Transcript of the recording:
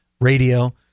radio